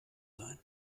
sein